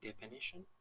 definition